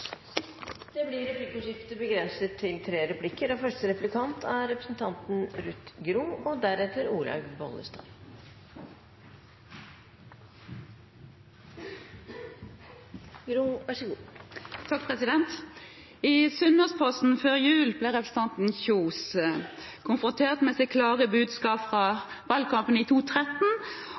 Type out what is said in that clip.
Det blir replikkordskifte. I Sunnmørsposten før jul ble representanten Kjønaas Kjos konfrontert med sitt klare budskap fra valgkampen i